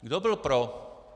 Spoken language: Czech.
Kdo byl pro?